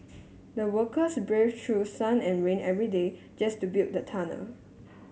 the workers braved through sun and rain every day just to build the tunnel